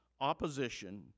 opposition